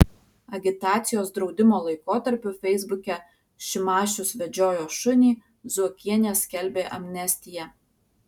agitacijos draudimo laikotarpiu feisbuke šimašius vedžiojo šunį zuokienė skelbė amnestiją